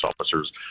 officers